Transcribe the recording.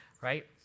right